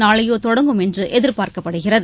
நாளையோ தொடங்கும் என்று எதிர்பார்க்கப்படுகிறது